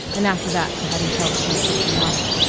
and after that she hadn't felt so patriotic.